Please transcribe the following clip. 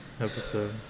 episode